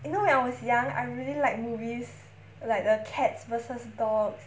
you know when I was young I really like movies like the cats versus dogs